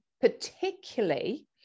particularly